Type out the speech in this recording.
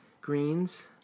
greens